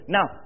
Now